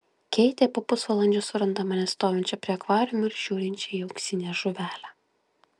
keitė po pusvalandžio suranda mane stovinčią prie akvariumo ir žiūrinčią į auksinę žuvelę